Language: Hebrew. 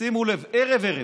שימו לב, ערב-ערב,